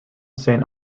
saint